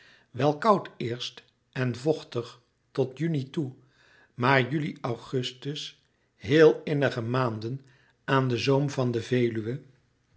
wel koud eerst en vochtig tot juni toe maar juli augustus heel innige maanden aan den zoom van de veluwe